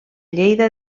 lleida